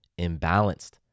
imbalanced